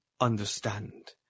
understand